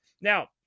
Now